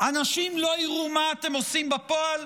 אנשים לא יראו מה אתם עושים בפועל,